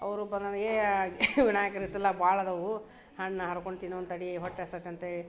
ಅವರು ಪ ನನಗೆ ವಿನಾಯಕನ ಹಿತ್ತಲ್ದಾಗ ಭಾಳ ಅದಾವು ಹಣ್ಣು ಹರ್ಕೊಂಡು ತಿನ್ನೋಣ್ ತಡಿ ಹೊಟ್ಟೆ ಹಸ್ತೈತೆ ಅಂತೇಳಿ